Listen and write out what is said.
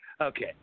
Okay